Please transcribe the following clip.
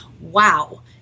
wow